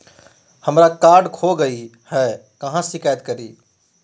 हमरा कार्ड खो गई है, कहाँ शिकायत करी?